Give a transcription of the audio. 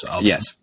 Yes